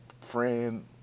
friend